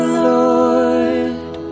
lord